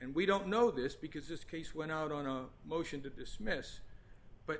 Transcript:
and we don't know this because this case went out on a motion to dismiss but